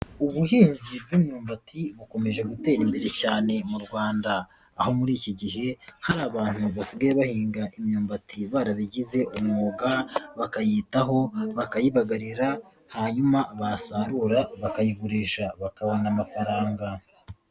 Ubuhinzi bw'imyumbati bukomeje gutera imbere cyane mu Rwanda, aho muri iki gihe harigaraga basigaye bahinga imyumbati barabigize umwuga, bakayitaho, bakayibagarira, hanyuma basarura bakayigurisha bakabona amafaranga.